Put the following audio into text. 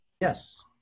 Yes